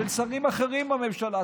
של שרים אחרים בממשלה,